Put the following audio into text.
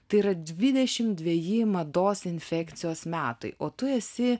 tai yra dvidešimt dveji mados infekcijos metai o tu esi